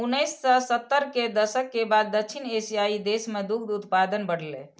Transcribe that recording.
उन्नैस सय सत्तर के दशक के बाद दक्षिण एशियाइ देश मे दुग्ध उत्पादन बढ़लैए